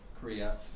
Korea